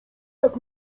jak